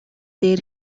дээр